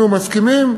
אנחנו מסכימים,